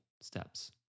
steps